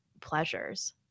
pleasures